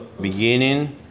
beginning